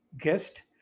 guest